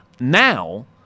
now